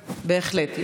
בהחלט, גברתי.